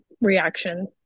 reaction